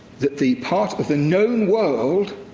that the part of the known world,